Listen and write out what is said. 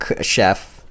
chef